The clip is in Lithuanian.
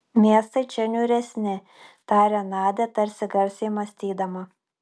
miestai čia niūresni tarė nadia tarsi garsiai mąstydama